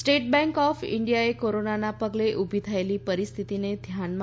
state bank of ઈન્ડિયાએ corona પગલે ઉભી થયેલી પરિસ્થિતિને ધ્યાનમાં